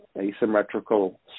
asymmetrical